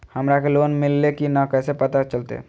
हमरा के लोन मिल्ले की न कैसे पता चलते?